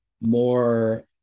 more